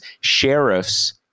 sheriffs